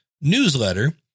newsletter